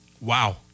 Wow